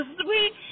sweet